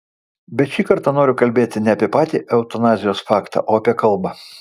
bet šį kartą noriu kalbėti ne apie patį eutanazijos faktą o apie kalbą